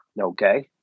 Okay